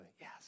yes